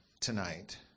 tonight